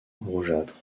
rougeâtre